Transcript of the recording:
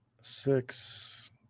Six